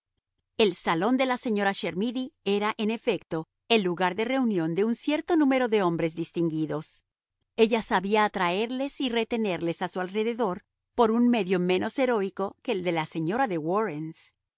el salón de la señora chermidy era en efecto el lugar de reunión de un cierto número de hombres distinguidos ella sabía atraerles y retenerles a su alrededor por un medio menos heroico que el de la señora de warrens